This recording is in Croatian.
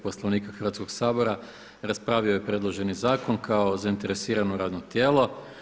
Poslovnika Hrvatskog sabora raspravio je predloženi zakon kao zainteresirano radno tijelo.